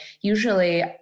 usually